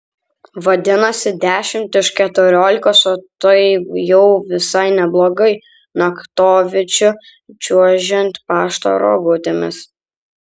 vadinasi dešimt iš keturiolikos o tai jau visai neblogai naktovidžiu čiuožiant pašto rogutėmis